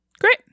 Great